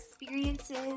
experiences